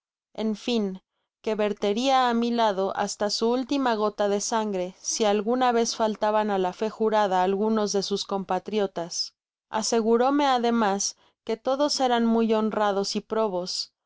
en fin que verteria á mi lado hasta su última gota de sangre si alguna vez faltaban á la fé jurada algunos de sus compatriotas asegurome ademas que todos eran muy honrados y probos